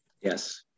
Yes